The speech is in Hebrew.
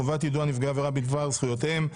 חובת יידוע נפגעי עבירה בדבר זכויותיהם),